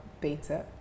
beta